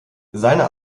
seine